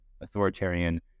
authoritarian